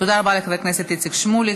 תודה רבה לחבר הכנסת איציק שמולי.